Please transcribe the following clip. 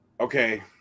okay